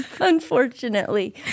unfortunately